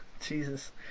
Jesus